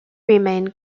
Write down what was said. remain